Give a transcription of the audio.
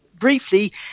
briefly